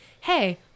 hey